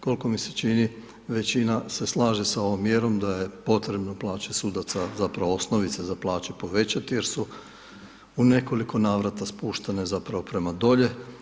Koliko mi se čini, većina se slaže sa ovom mjerom da je potrebno plaće sudaca, zapravo osnovice za plaću povećati jer su u nekoliko navrata spuštene zapravo prema dolje.